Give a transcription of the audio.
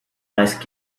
ice